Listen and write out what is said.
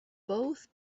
both